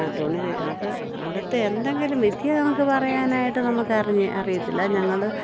ആ തുണി അത് അടുത്ത് എന്തെങ്കിലും വിദ്യ നമുക്ക് പറയാനായിട്ട് നമുക്ക് അറിയത്തില്ല ഞങ്ങൾ